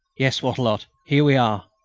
yes, wattrelot, here we are.